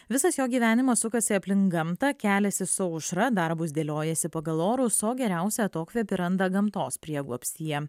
visas jo gyvenimas sukasi aplink gamtą keliasi su aušra darbus dėliojasi pagal orus o geriausia atokvėpį randa gamtos prieglobstyje